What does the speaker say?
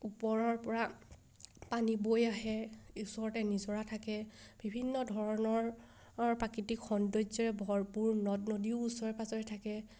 ওপৰৰপৰা পানী বৈ আহে ওচৰতে নিজৰা থাকে বিভিন্ন ধৰণৰ প্ৰাকৃতিক সৌন্দৰ্যৰে ভৰপূৰ নদ নদীও ওচৰে পাঁজৰে থাকে